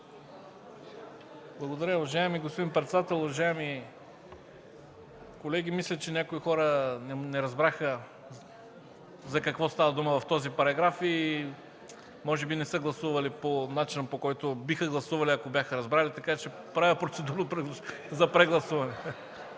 Уважаеми господин председател, уважаеми колеги! Мисля, че някои хора не разбраха за какво става дума в този параграф и може би не са гласували по начина, по който биха гласували, ако бяха разбрали. (Оживление.) Правя процедурно предложение